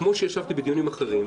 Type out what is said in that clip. כמו שישבנו בדיונים אחרים,